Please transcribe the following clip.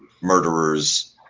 murderers